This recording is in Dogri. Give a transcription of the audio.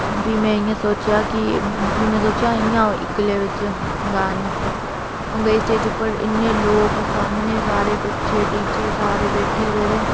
फ्ही में इ'यां सोचेआ कि में सोचेआ इ'यां इक्कले बिच गा रनी हां अ'ऊं गेई स्टेज उप्पर इन्ने लोग सामनै सारे बच्चे टीचर सारे बैठे दे ते